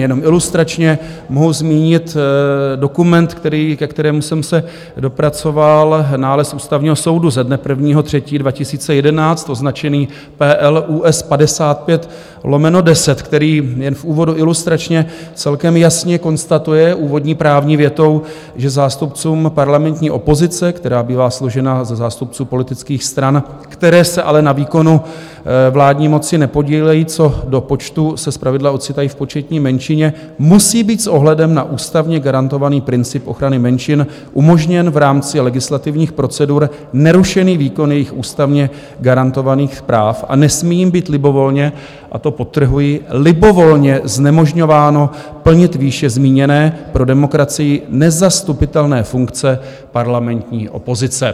Jenom ilustračně mohu zmínit dokument, ke kterému jsem se dopracoval, nález Ústavního soudu ze dne 1. 3. 2011 označený Pl. ÚS 55/10, který jen v úvodu ilustračně celkem jasně konstatuje úvodní právní větou, že zástupcům parlamentní opozice, která bývá složena ze zástupců politických stran, které se ale na výkonu vládní moci nepodílejí co do počtu, se zpravidla ocitají v početní menšině, musí být s ohledem na ústavně garantovaný princip ochrany menšin umožněn v rámci legislativních procedur nerušený výkon jejich ústavně garantovaných práv a nesmí jim být libovolně a to podtrhuji libovolně znemožňováno plnit výše zmíněné, pro demokracii nezastupitelné funkce parlamentní opozice.